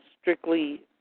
strictly